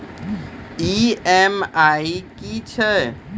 EMI की छिये?